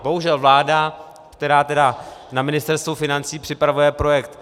Bohužel vláda, která tedy na Ministerstvu financí připravuje projekt